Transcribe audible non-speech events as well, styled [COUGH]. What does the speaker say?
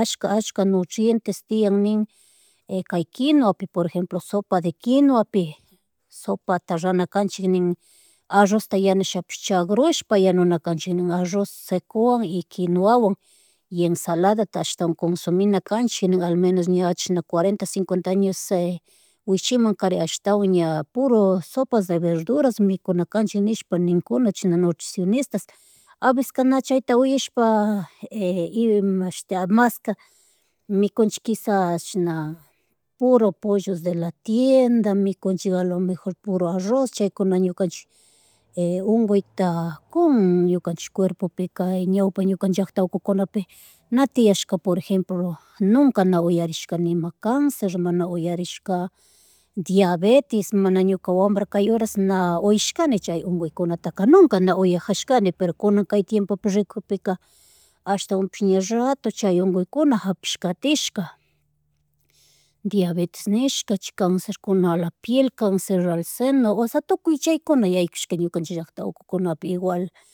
ashka, ashka nutrientes tiyan nin [NOISE] kay quinuapi por ejemplo, sopa de quinuapi, sopata ranakanchik nin, arrusta yanushapish chagrushpa yanunacanchik. Arroz secowan y quinuawan y ensaladata ashtawa cunsominakanchik nin almenos ña chishna cuarenta, cincuenta años [HESITATION] wichimankaren ashtawan ña puro sopas, verduras, mikuna kanchik nishpa ninkuna chashna nutricionistas [NOISE] a veces ka na chayta uyashpa [HESITATION] [UNINTELLIGIBLE] mashti [UNINTELLIGIBLE] mikunchik kishas chishna puro pollos, de la tienda mikunchik, a lo mejor puro arroz chaykuna ñukanchik [NOISE] unkuyta kun, ñukanchik kuerpopika ñawpa ñukanchik llackta ukukunapi [NOISE] na tiashka por ejemplo, nunca na uyarishkani ima cancer, mana uyarishka [NOISE] diabetis, mana ñuka wambra kay horas na uyashkana chay uguikunataka nunka na uyajashkani pero kunan kay tiempopi rekugpika [NOISE] ashtawanpish ña ratu, chay unkuykuna hapishkatishka, [NOISE] diabetes nishka, chi cancer kuna a la piel, cancer al seno, o sea tukuy chaykuna yaykushka ñukanchik ukukunapi igual [NOISE]